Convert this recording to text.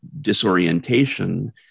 disorientation